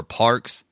parks